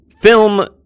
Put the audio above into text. film